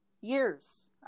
years